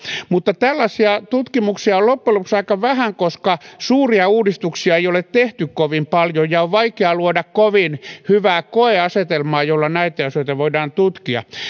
mutta tällaisia tutkimuksia on loppujen lopuksi aika vähän koska suuria uudistuksia ei ole tehty kovin paljon ja on vaikea luoda kovin hyvää koeasetelmaa jolla näitä asioita voidaan tutkia